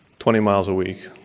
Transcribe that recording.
twenty miles a week,